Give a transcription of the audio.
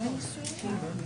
להסביר לנו את סיפור הקוורום,